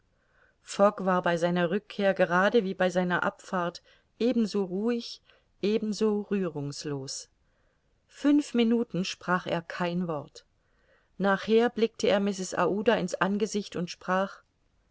war bei seiner rückkehr gerade wie bei seiner abfahrt ebenso ruhig ebenso rührungslos fünf minuten sprach er kein wort nachher blickte er mrs aouda in's angesicht und sprach